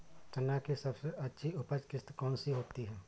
चना की सबसे अच्छी उपज किश्त कौन सी होती है?